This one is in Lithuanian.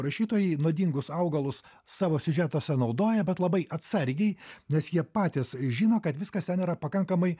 rašytojai nuodingus augalus savo siužetuose naudoja bet labai atsargiai nes jie patys žino kad viskas ten yra pakankamai